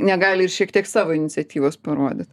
negali ir šiek tiek savo iniciatyvos parodyt